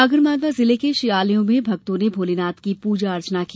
आगर मालवा जिले के शिवालयों में भक्तों ने भोलेनाथ की पूजा अर्चना की